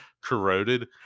corroded